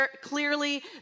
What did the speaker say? clearly